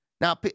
Now